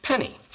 Penny